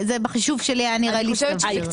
בחישוב שלי זה נראה סביר.